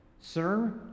sir